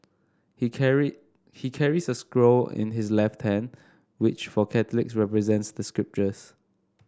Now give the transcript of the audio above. he carry he carries a scroll in his left hand which for Catholics represents the scriptures